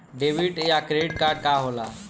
Debit या credit card का होला?